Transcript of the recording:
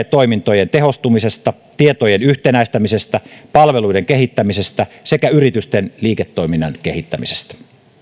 toimintojen tehostamista tietojen yhtenäistämistä palvelujen kehittämistä sekä yritysten liiketoiminnan kehittämistä